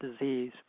disease